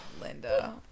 Linda